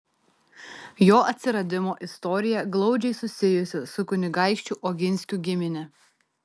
jo atsiradimo istorija glaudžiai susijusi su kunigaikščių oginskių gimine